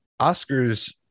Oscars